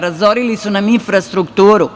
Razorili su nam infrastrukturu.